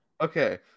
Okay